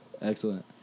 Excellent